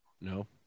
No